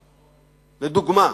לדוגמה.